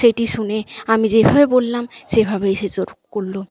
সেটি শুনে আমি যেভাবে বললাম সেভাবে সে করলো